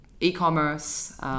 E-commerce